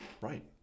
Right